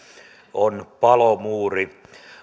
on palomuuri